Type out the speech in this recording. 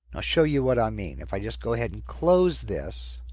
i'll show you what i mean if i just go ahead and close this.